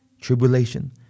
Tribulation